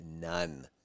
None